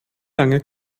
lange